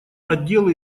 отделы